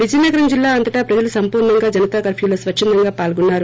విజయనగరం జిల్లా అంతటా ప్రజలు సంపూర్ణంగా జనతా కర్ప్నూలో స్వచ్చందంగా పాల్గొన్నారు